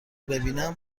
ببینم